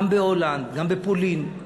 גם בהולנד, גם בפולין.